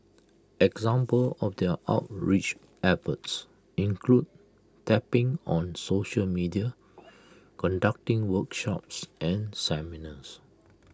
example of their outreach efforts include tapping on social media conducting workshops and seminars